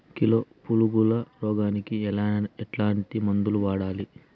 Kilo పులుగుల రోగానికి ఎట్లాంటి మందులు వాడాలి?